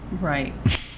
Right